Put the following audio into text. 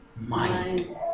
mind